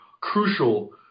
crucial